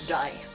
die